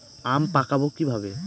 আম পাকাবো কিভাবে?